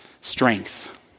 strength